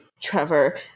trevor